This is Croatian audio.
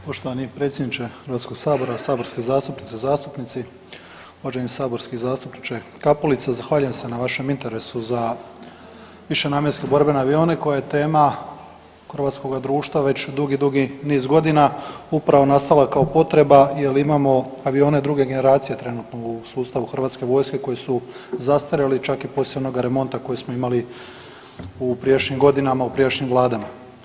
Poštovani predsjedniče Hrvatskog sabora, saborske zastupnice, zastupnici, uvaženi saborski zastupniče Kapulica zahvaljujem se na vašem interesu za višenamjenske borbene avione koje je tema hrvatskoga društva već dugi, dugi niz godina upravo nastala kao potreba jer imamo avione druge generacije trenutno u sustavu Hrvatske vojske koji su zastarjeli čak i poslije onoga remonta kojeg smo imali u prijašnjim godinama, u prijašnjim vladama.